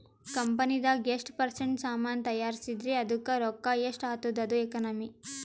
ಕಂಪನಿದಾಗ್ ಎಷ್ಟ ಪರ್ಸೆಂಟ್ ಸಾಮಾನ್ ತೈಯಾರ್ಸಿದಿ ಅದ್ದುಕ್ ರೊಕ್ಕಾ ಎಷ್ಟ ಆತ್ತುದ ಅದು ಎಕನಾಮಿ